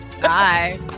Bye